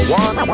one